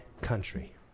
country